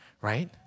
right